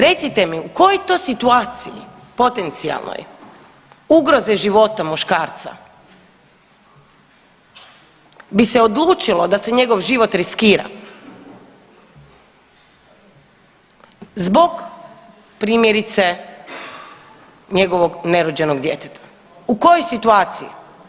Recite mi u kojoj to situaciji potencijalnoj ugroze života muškarca bi se odlučilo da se njegov život riskira zbog primjerice njegovog nerođenog djeteta, u kojoj situaciji?